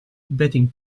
betting